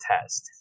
test